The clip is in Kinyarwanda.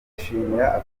afurika